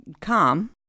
calm